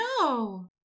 no